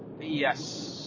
Yes